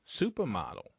Supermodel